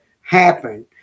happen